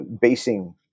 basing